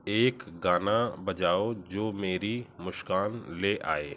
एक गाना बजाओ जो मेरी मुस्कान ले आए